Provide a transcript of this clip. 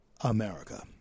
America